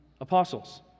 apostles